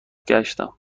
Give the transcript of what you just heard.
گشتم